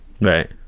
Right